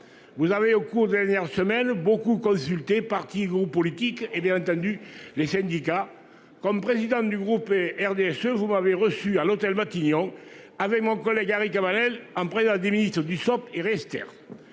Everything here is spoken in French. Vous avez au cours des dernières semaines beaucoup consulté vont politique et bien entendu les syndicats comme président du groupe et RDSE, vous m'avez reçu à l'hôtel Matignon avec mon collègue Henri Cabanel en prennent à 10 minutes du centre-est